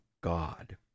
God